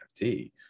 NFT